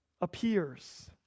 appears